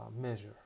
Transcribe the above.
measure